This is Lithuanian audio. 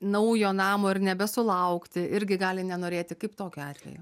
naujo namo ir nebesulaukti irgi gali nenorėti kaip tokiu atveju